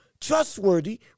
trustworthy